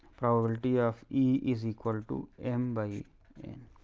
probability of e is equal to m by n.